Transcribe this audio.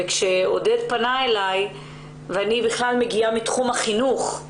אני בכלל מגיעה מתחום החינוך.